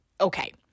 okay